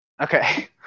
okay